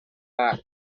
back